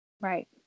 Right